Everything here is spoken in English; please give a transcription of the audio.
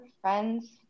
friends